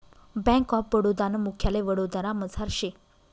bank of Baroda नं मुख्यालय वडोदरामझार शे